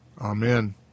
Amen